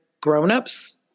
grownups